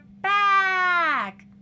back